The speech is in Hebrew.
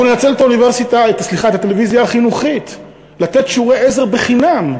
אנחנו ננצל את הטלוויזיה החינוכית לתת שיעורי עזר בחינם,